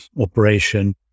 operation